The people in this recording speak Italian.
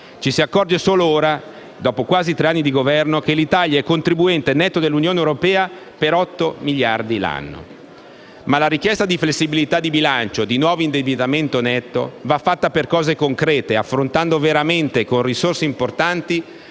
Ci si accorge solo ora, dopo quasi tre anni di Governo, che l'Italia è contribuente netto dell'Unione europea per 8 miliardi l'anno. Ma la richiesta di flessibilità di bilancio, di nuovo indebitamento netto, va fatta per cose concrete, affrontando, veramente, con risorse importanti,